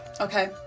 Okay